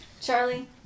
Charlie